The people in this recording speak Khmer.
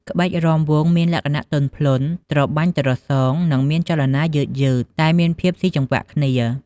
ក្បាច់រាំវង់មានលក្ខណៈទន់ភ្លន់ ត្របាញ់ត្រសង និងមានចលនាយឺតៗ តែមានភាពស៊ីចង្វាក់គ្នា។